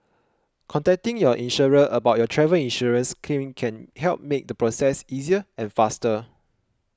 contacting your insurer about your travel insurance claim can help make the process easier and faster